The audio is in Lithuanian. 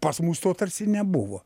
pas mus to tarsi nebuvo